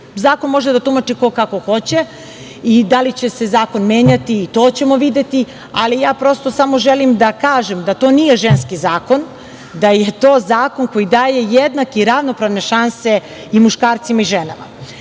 može da tumači ko kako hoće, i da li će se zakon menjati i to ćemo videti, ali ja prosto samo želim da kažem da to nije ženski zakon, da je to zakon koji daje jednake i ravnopravne šanse i muškarcima i ženama. Smatram